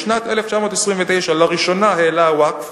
בשנת 1929 לראשונה העלה הווקף